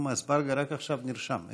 ג'מעה אזברגה רק עכשיו נרשם.